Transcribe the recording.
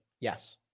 Yes